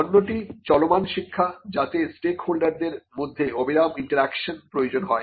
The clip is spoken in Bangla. অন্যটি চলমান শিক্ষা যাতে স্টেকহোল্ডারদের মধ্যে অবিরাম ইন্টারেকশন প্রয়োজন হয়